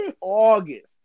August